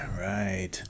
Right